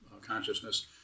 consciousness